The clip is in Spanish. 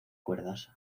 cuerdas